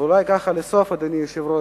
ואולי ככה, לסוף, אדוני היושב-ראש,